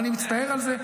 ואני מצטער על זה.